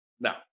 now